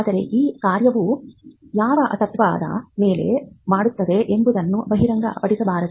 ಆದರೆ ಆ ಕಾರ್ಯವನ್ನು ಯಾವ ತತ್ವದ ಮೇಲೆ ಮಾಡುತ್ತದೆ ಎಂಬುದನ್ನು ಬಹಿರಂಗಪಡಿಸಬಾರದು